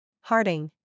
Harding